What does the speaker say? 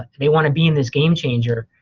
they wanna be in this game changer,